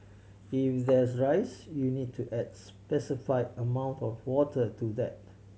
if there's rice you need to adds specifie amount of water to that